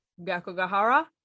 Gakugahara